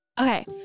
Okay